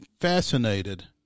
fascinated